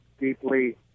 deeply